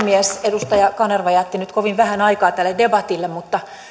edustaja kanerva jätti nyt kovin vähän aikaa tälle debatille mutta